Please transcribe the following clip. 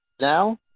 now